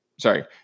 Sorry